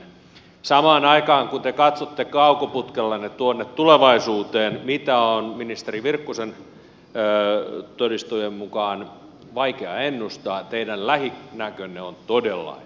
samaan aikaan kun te katsotte kaukoputkellanne tuonne tulevaisuuteen mitä on ministeri virkkusen todistusten mukaan vaikea ennustaa teidän lähinäkönne on todella heikko